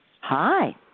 Hi